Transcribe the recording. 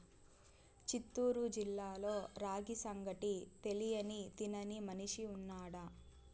చిత్తూరు జిల్లాలో రాగి సంగటి తెలియని తినని మనిషి ఉన్నాడా